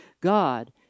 God